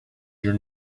your